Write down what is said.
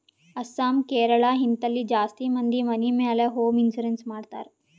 ಅಸ್ಸಾಂ, ಕೇರಳ, ಹಿಂತಲ್ಲಿ ಜಾಸ್ತಿ ಮಂದಿ ಮನಿ ಮ್ಯಾಲ ಹೋಂ ಇನ್ಸೂರೆನ್ಸ್ ಮಾಡ್ತಾರ್